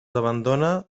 abandona